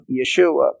Yeshua